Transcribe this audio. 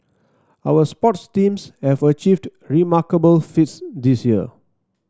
our sports teams have achieved remarkable feats this year